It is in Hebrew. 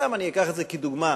אני אקח דוגמה: